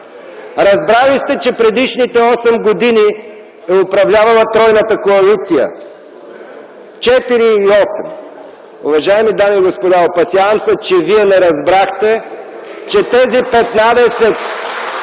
Разбрали сте, че предишните осем години е управлявала тройната коалиция – четири... И осем... Уважаеми дами и господа, опасявам се, че вие не разбрахте, че тези 15